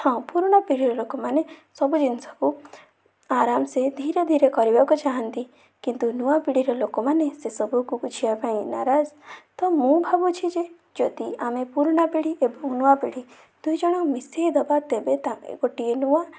ହଁ ପୁରୁଣା ପିଢ଼ୀର ଲୋକମାନେ ସବୁ ଜିନିଷକୁ ଆରମସେ ଧୀରେ ଧୀରେ କରିବାକୁ ଚାହାଁନ୍ତି କିନ୍ତୁ ନୂଆ ପିଢ଼ୀର ଲୋକମାନେ ସେସବୁକୁ ବୁଝିବା ପାଇଁ ନାରାଜ ତ ମୁଁ ଭାବୁଛି ଯେ ଯଦି ଆମେ ପୁରୁଣା ପିଢ଼ୀ ଏବଂ ନୂଆ ପିଢ଼ୀ ଦୁଇ ଜଣ ମିଶାଇ ଦେବା ତେବେ ତାହେଲେ ଗୋଟିଏ ନୂଆ